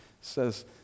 says